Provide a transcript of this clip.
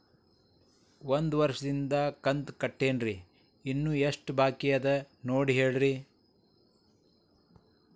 ಒಂದು ವರ್ಷದಿಂದ ಕಂತ ಕಟ್ಟೇನ್ರಿ ಇನ್ನು ಎಷ್ಟ ಬಾಕಿ ಅದ ನೋಡಿ ಹೇಳ್ರಿ